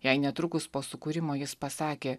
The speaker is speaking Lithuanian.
jei netrukus po sukūrimo jis pasakė